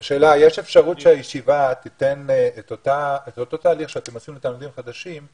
יש אפשרות שהישיבה תיתן את אותו תהליך שאתם עושים לתלמידים חדשים,